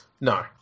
No